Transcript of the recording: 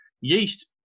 yeast